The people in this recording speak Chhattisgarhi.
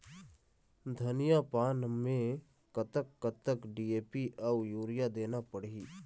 धनिया पान मे कतक कतक डी.ए.पी अऊ यूरिया देना पड़ही?